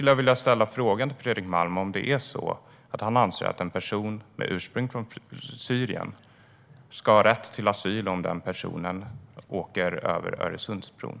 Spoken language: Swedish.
Jag vill därför fråga Fredrik Malm om han anser att en person med ursprung i Syrien ska ha rätt till asyl om personen åker över Öresundsbron.